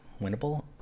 winnable